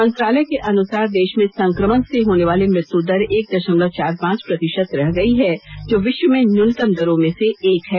मंत्रालय के अनुसार देश में संक्रमण से होने वाली मृत्यु दर एक दशमलव चार पांच प्रतिशत रह गई है जो विश्व में न्यूनतम दरों में से एक है